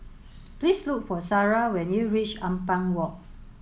please look for Sarrah when you reach Ampang Walk